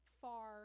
far